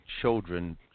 children